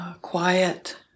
quiet